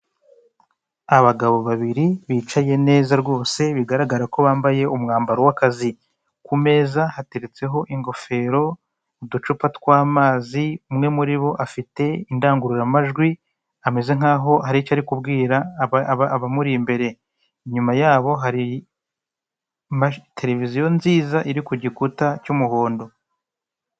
Abagabo babiri bicaye neza rwose bigaragara ko bambaye umwambaro w'akazi. Ku meza hateretseho ingofero, uducupa tw'amazi, umwe muri bo afite indangururamajwi ameze nkaho hari icyo ari kubwira abamuri imbere, inyuma yabo hari televiziyo nziza iri ku gikuta cy'umuhondo.